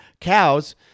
cows